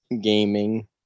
gaming